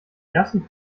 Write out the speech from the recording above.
ersten